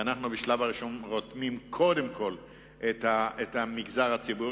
ובשלב הראשון אנחנו רותמים את המגזר הציבורי,